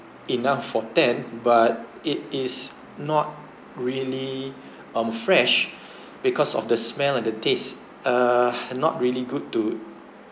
enough for ten but it is not really um fresh because of the smell and the taste uh had not really good to